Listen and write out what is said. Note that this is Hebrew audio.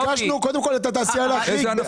ביקשנו קודם כל את התעשייה להחריג.